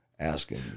asking